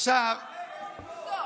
חבר הכנסת בוסו,